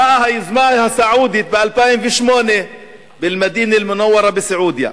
באה היוזמה הסעודית ב-2008 באל-מדינה אל-מנוורה בסעודיה.